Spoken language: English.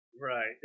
Right